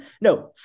No